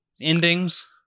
endings